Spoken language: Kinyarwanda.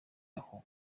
aho